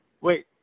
wait